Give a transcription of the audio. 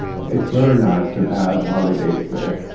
it's very nice to have holidays there.